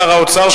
שר האוצר,